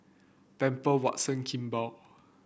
Pamper Watson Kimball